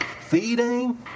Feeding